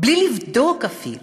בלי לבדוק אפילו.